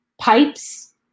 pipes